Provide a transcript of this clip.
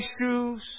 shoes